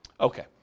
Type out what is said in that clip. Okay